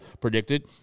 predicted